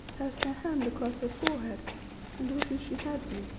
passed her hand across her forehead and was as she had been,